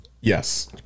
Yes